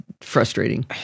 frustrating